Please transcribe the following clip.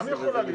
גם יכולה להיות